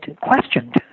questioned